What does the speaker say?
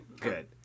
Good